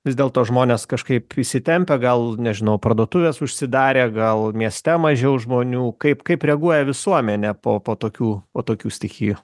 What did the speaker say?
vis dėlto žmonės kažkaip įsitempę gal nežinau parduotuvės užsidarę gal mieste mažiau žmonių kaip kaip reaguoja visuomenė po po tokių po tokių stichijų